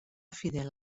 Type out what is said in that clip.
fidel